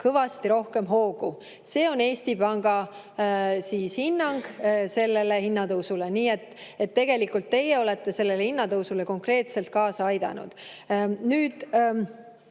kõvasti rohkem hoogu. See on Eesti Panga hinnang hinnatõusule. Nii et tegelikult teie olete sellele hinnatõusule konkreetselt kaasa aidanud. Nüüd,